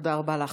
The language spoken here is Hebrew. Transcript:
תודה רבה לך.